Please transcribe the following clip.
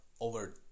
over